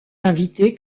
invitée